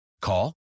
Call